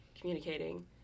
communicating